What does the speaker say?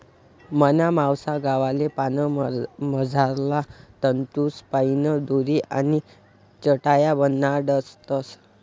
मना मावसा गावले पान मझारला तंतूसपाईन दोरी आणि चटाया बनाडतस